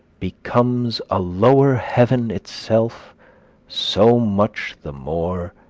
becomes a lower heaven itself so much the more